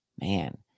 Man